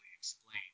explain